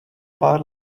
pár